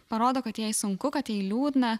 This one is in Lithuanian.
parodo kad jai sunku kad jai liūdna